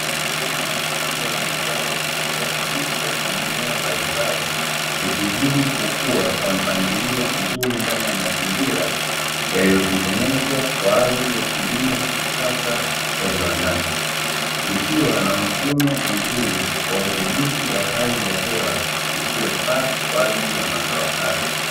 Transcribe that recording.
Hema kubwa la mazao limejaa miche na mimea mbalimbali, ikizidi kukua kwa mpangilio mzuri ndani ya mazingira yaliyo tengenezwa kwa ajili ya kilimo cha kisasa cha viwandani, likiwa na mfumo mzuri wa udhibiti wa hali ya hewa isiyofaa kwa ajili ya mazao hayo.